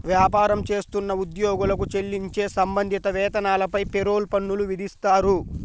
వ్యాపారం చేస్తున్న ఉద్యోగులకు చెల్లించే సంబంధిత వేతనాలపై పేరోల్ పన్నులు విధిస్తారు